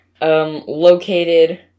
located